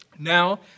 Now